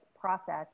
process